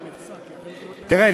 תראה,